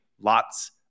lots